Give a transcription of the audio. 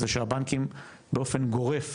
זה שהבנקים באופן גורף,